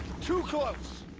to close